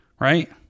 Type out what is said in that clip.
Right